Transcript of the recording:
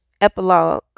Epilogue